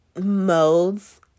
modes